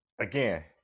Again